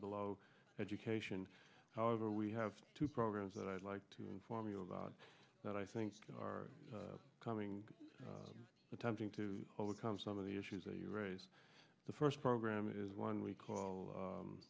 low education however we have two programs that i'd like to inform you about that i think are coming attempting to overcome some of the issues that you raised the first program is one we call